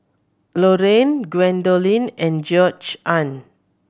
Loriann Gwendolyn and Georgeann